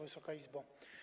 Wysoka Izbo!